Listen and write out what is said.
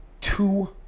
Two